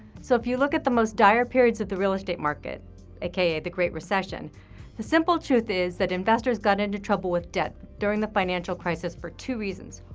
so if you look at the most dire periods of the real estate market aka the great recession the simple truth is that investors got into trouble with debt during the financial crisis for two reasons.